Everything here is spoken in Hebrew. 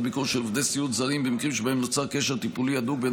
ביקור של עובדי סיעוד זרים במקרים שבהם נוצר קשר טיפולי הדוק בין